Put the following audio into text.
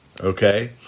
Okay